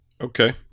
Okay